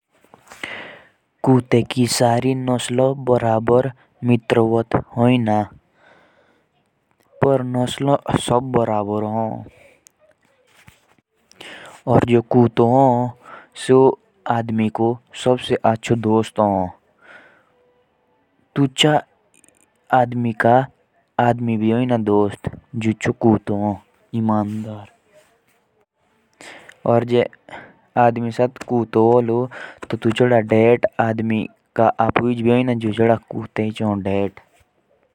कुत्ते की सभी नस्ले बराबर नहीं होती हैं। और कुत्ता हमारा सबसे ईमानदार दोस्त होता है। क्योंकि हम जहाँ भी जायेंगे कुत्ता भी पीछे पीछे आयेगा।